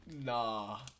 Nah